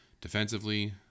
defensively